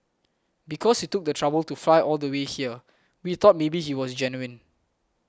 because he took the trouble to fly all the way here we thought maybe he was genuine